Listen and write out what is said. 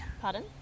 Pardon